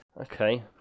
Okay